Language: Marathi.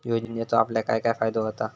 योजनेचो आपल्याक काय काय फायदो होता?